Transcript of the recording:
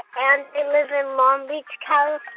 and i live in long beach, calif.